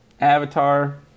Avatar